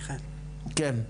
כן,